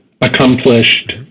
accomplished